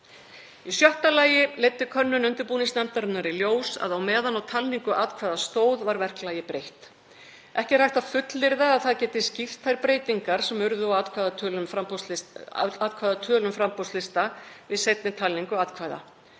Í sjötta lagi leiddi könnun undirbúningsnefndarinnar í ljós að á meðan talningu atkvæða stóð var verklagi breytt. Ekki er hægt að fullyrða að það geti skýrt þær breytingar sem urðu á atkvæðatölum framboðslista við seinni talningu atkvæða.